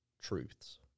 truths